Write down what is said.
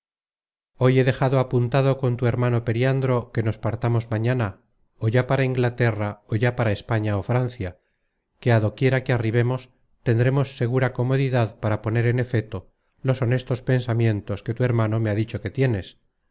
hoy he dejado apuntado con tu hermano periandro que nos partamos mañana ó ya para inglaterra ó ya para españa ó francia que á do quiera que arribemos tendremos segura comodidad para poner en efeto los honestos pensamientos que tu hermano me ha dicho que tienes